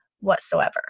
whatsoever